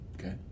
Okay